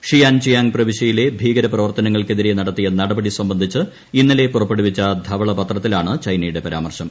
ഷിയാൻജിയാങ് പ്രവിശൃയിലെ ഭീകരപ്രവർത്തനങ്ങൾക്കെതിരെ നടത്തിയ നടപടി സംബന്ധിച്ച് ഇന്നലെ പുറപ്പെടുവിച്ച ധവളപത്രത്തിലാണ് ചൈനയുടെ പരാമർശം